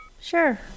Sure